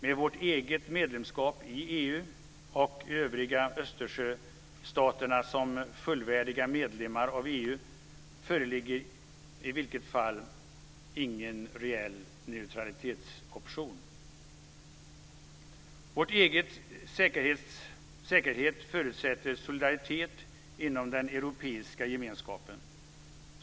Med vårt eget medlemskap i EU och övriga Östersjöstaterna som fullvärdiga medlemmar av EU föreligger i vilket fall ingen reell neutralitetsoption. Vår egen säkerhet förutsätter solidaritet inom den europeiska gemenskapen.